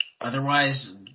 otherwise